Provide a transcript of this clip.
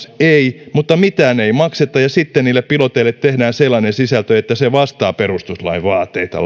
ei mutta mitään ei makseta ja sitten niille piloteille tehdään sellainen sisältö että se vastaa perustuslain vaateita